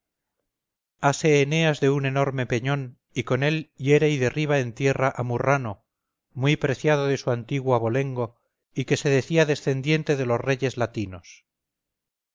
ase eneas de un enorme peñón y con él hiere y derriba en tierra a murrano muy preciado de su antiguo abolengo y que se decía descendiente de los reyes latinos